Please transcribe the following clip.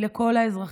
היא לכל האזרחים.